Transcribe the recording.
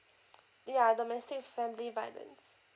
ya domestic family violence